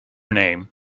name